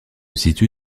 situe